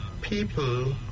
People